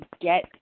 get